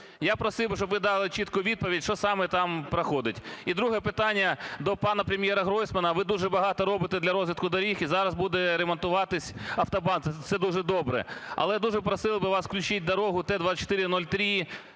Я просив би, щоб ви дали чітку відповідь, що саме там проходить. І друге питання - до пана Прем'єраГройсмана. Ви дуже багато робите для розвитку доріг, і зараз буде ремонтуватися автобан, це дуже добре. Але дуже просив би вас включити дорогу